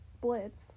Blitz